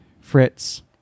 fritz